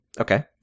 Okay